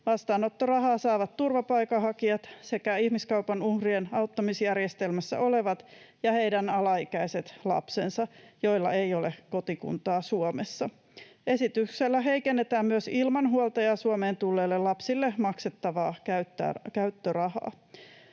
vastaanottorahaa saavat turvapaikanhakijat sekä ihmiskaupan uhrien auttamisjärjestelmässä olevat ja heidän alaikäiset lapsensa, joilla ei ole kotikuntaa Suomessa. Esityksellä heikennetään myös ilman huoltajaa Suomeen tulleille lapsille maksettavaa käyttörahaa.